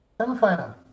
semi-final